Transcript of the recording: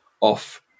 off